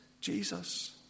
Jesus